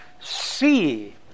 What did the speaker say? See